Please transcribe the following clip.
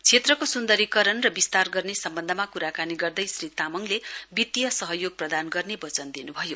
क्षेत्रको सुन्दरी करण र विस्तार गर्ने सम्बन्धमा क्राकानी गर्दै श्री तामाङले वितीय सहयोग प्रदान गर्ने वचन दिन्भयो